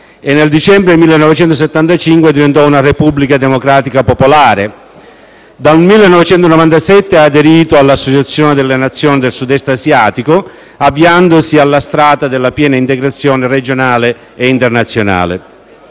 Nel dicembre 1975 è diventato una Repubblica democratica popolare e dal 1997 aderisce all'Associazione delle nazioni del Sud-Est asiatico, avviandosi sulla strada della piena integrazione regionale e internazionale.